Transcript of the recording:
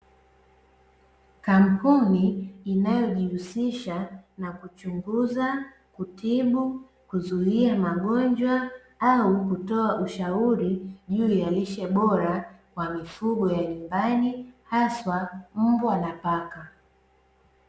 Kampuni inayojihusisha na kuchunguza, kutibu, kuzuia magonjwa ama kutoa ushauri juu ya lishe bora kwa mifugo ya nyumbani haswa mbwa na paka.